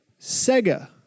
Sega